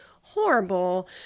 horrible